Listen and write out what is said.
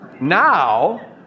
Now